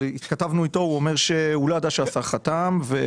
והוא אומר שהוא לא ידע שהשר חתם.